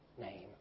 name